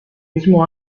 mismo